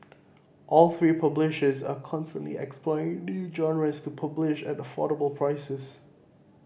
all three publishers are constantly exploring new genres to publish at affordable prices